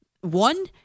one